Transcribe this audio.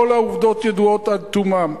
כל העובדות ידועות עד תומן.